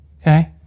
okay